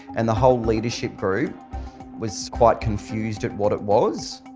and the whole leadership group was quite confused at what it was.